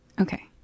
Okay